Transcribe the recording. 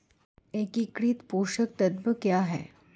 एकीकृत पोषक तत्व क्या है?